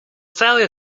failure